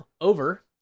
over